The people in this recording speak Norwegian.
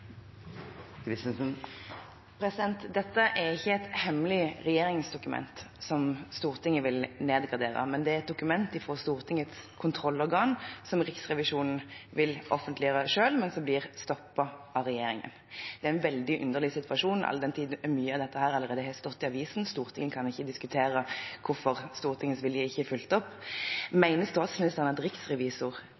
Christensen – til oppfølgingsspørsmål. Dette er ikke et hemmelig regjeringsdokument som Stortinget vil nedgradere, det er et dokument fra Stortingets kontrollorgan, som Riksrevisjonen vil offentligjøre selv, men som blir stoppet av regjeringen. Det er en veldig underlig situasjon, all den tid mye av dette allerede har stått i avisen. Stortinget kan ikke diskutere hvorfor Stortingets vilje ikke er fulgt opp.